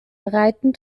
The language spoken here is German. breiten